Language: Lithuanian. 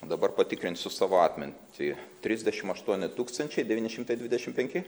dabar patikrinsiu savo atmintį trisdešim aštuoni tūkstančiai devyni šimtai dvidešim penki